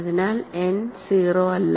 അതിനാൽ n 0 അല്ല